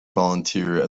volunteer